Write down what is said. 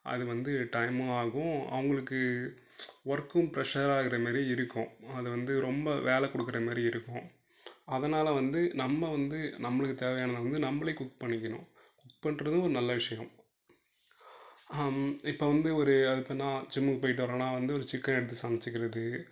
அது வந்து டைமும் ஆகும் அவங்களுக்கு ஒர்க்கும் ப்ரஷ்ஷராக இருக்கிற மாதிரி இருக்கும் அது வந்து ரொம்ப வேலை கொடுக்கற மாதிரி இருக்கும் அதனால் வந்து நம்ம வந்து நம்மளுக்கு தேவையானது வந்து நம்மளே குக் பண்ணிக்கணும் குக் பண்ணுறதும் ஒரு நல்ல விஷயம் இப்போ வந்து ஒரு அது பெர்னா ஜிம்முக்கு போயிட்டு வர்கிறோனா வந்து ஒரு சிக்கன் எடுத்து சமச்சுக்கறது